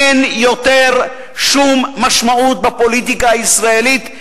אין יותר שום משמעות בפוליטיקה הישראלית,